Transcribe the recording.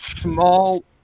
small